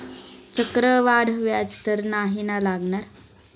चक्रवाढ व्याज तर नाही ना लागणार?